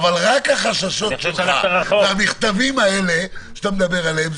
רק החששות שלך והמכתבים האלה שאתה מדבר עליהם,